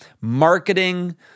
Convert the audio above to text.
marketing